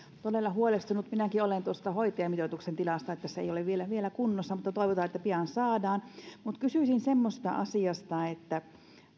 todella huolestunut minäkin olen tuosta hoitajamitoituksen tilasta siitä että se ei ole vielä vielä kunnossa toivotaan että pian saadaan mutta kysyisin semmoisesta asiasta että